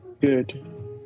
Good